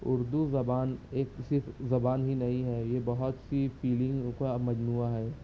اردو زبان ایک صرف زبان ہی نہیں ہے یہ بہت سی فیلنگوں کا مجموعہ ہے